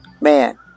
man